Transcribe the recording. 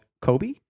Kobe